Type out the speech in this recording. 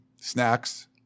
snacks